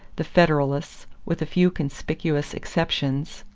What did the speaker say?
the federalists, with a few conspicuous exceptions,